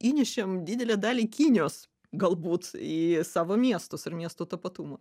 įnešėm didelę dalį kinijos galbūt į savo miestus ir miesto tapatumą